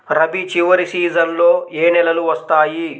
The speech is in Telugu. రబీ చివరి సీజన్లో ఏ నెలలు వస్తాయి?